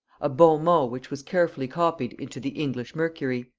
a bon mot which was carefully copied into the english mercury.